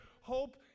hope